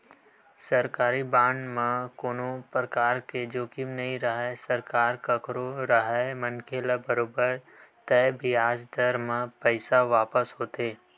सरकारी बांड म कोनो परकार के जोखिम नइ राहय सरकार कखरो राहय मनखे ल बरोबर तय बियाज दर म पइसा वापस होथे